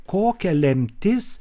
kokia lemtis